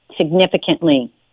significantly